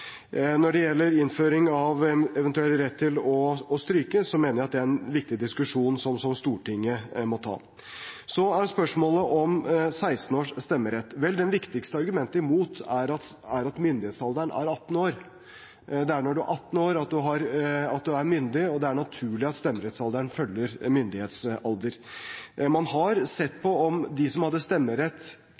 Når det gjelder innføring av en eventuell rett til å stryke, mener jeg at det er en viktig diskusjon som Stortinget må ta. Så er det spørsmålet om stemmerett for 16-åringer. Det viktigste argumentet imot er at myndighetsalderen er 18 år. Det er når man er 18 år, at man er myndig, og det er naturlig at stemmerettsalderen følger myndighetsalder. Man har sett på om de som hadde stemmerett